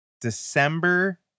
December